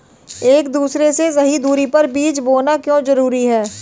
एक दूसरे से सही दूरी पर बीज बोना क्यों जरूरी है?